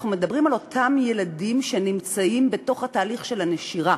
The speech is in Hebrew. אנחנו מדברים על אותם ילדים שנמצאים בתוך תהליך של נשירה,